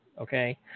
Okay